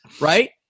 right